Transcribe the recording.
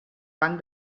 banc